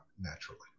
naturally